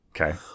Okay